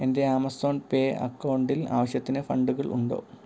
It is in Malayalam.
എൻ്റെ ആമസോൺ പേ അക്കൗണ്ടിൽ ആവശ്യത്തിന് ഫണ്ടുകൾ ഉണ്ടോ